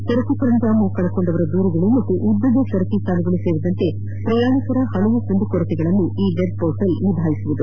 ಸರಕು ಸರಂಜಾಮು ಕಳೆದುಕೊಂಡವರ ದೂರುಗಳು ಹಾಗೂ ಉದ್ದದ ಸರತಿ ಸಾಲುಗಳು ಸೇರಿದಂತೆ ಪ್ರಯಾಣಿಕರ ಪಲವು ಕುಂದು ಕೊರತೆಗಳನ್ನು ಈ ವೆಬ್ ಹೋರ್ಟಲ್ ನಿಭಾಯಿಸಲಿದೆ